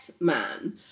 man